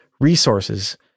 resources